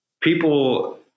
people